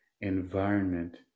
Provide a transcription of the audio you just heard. environment